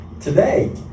today